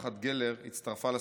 משפחת גלר הצטרפה לסטטיסטיקה.